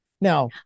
Now